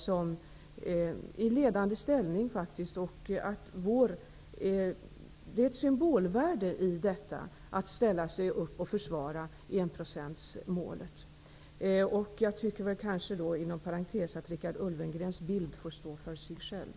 Vi är faktiskt i ledande ställning. Det ligger ett symbolvärde i att ställa sig upp och försvara enprocentsmålet. Inom parentes sagt tycker jag att Richard Ulfvengrens bild får stå för sig själv.